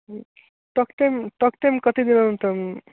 ह पक्तुं पक्तुं कतिदिनान्तं